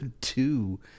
two